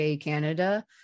canada